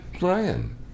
Ryan